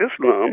Islam